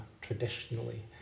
traditionally